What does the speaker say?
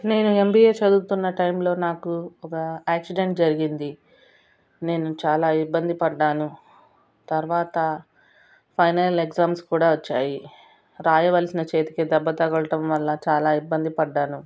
నేను ఎంబీఏ చదువుతున్న టైంలో నాకు ఒక యాక్సిడెంట్ జరిగింది నేను చాలా ఇబ్బంది పడ్డాను తరువాత ఫైనల్ ఎగ్జామ్స్ కూడా వచ్చాయి రాయవల్సిన చేతికి దెబ్బ తగలడం వల్ల చాలా ఇబ్బంది పడ్డాను